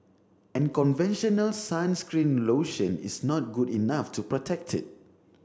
and conventional sunscreen lotion is not good enough to protect it